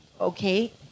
Okay